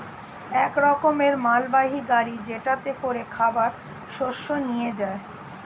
এক রকমের মালবাহী গাড়ি যেটাতে করে খাবার শস্য নিয়ে যায়